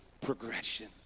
progression